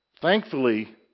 thankfully